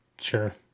sure